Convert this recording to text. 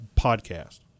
podcast